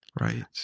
right